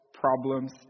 problems